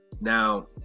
Now